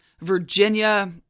Virginia